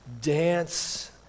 dance